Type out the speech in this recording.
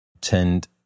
tend